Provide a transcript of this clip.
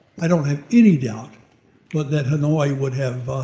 i don't have any doubt but that hanoi would have